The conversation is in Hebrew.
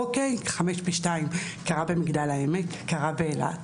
אוקיי, חמש פי שניים קרה במגדל העמק, קרה באילת,